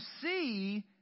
see